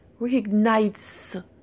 reignites